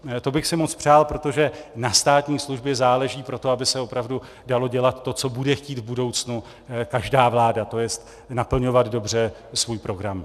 To bych si moc přál, protože na státní službě záleží proto, aby se opravdu dalo dělat to, co bude chtít v budoucnu každá vláda, to jest naplňovat dobře i svůj program.